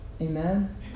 Amen